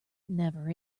never